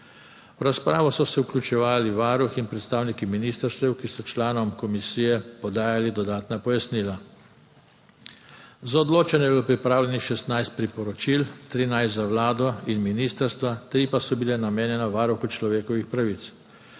V razpravo so se vključevali Varuh in predstavniki ministrstev, ki so članom komisije podajali dodatna pojasnila. Za odločanje je bilo pripravljenih 16 priporočil, 13 za Vlado in ministrstva, tri pa so bile namenjene Varuhu človekovih pravic.